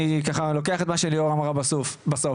אני ככה לוקח את מה שליאור אמרה בסוף.